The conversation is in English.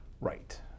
right